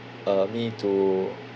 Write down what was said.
uh me to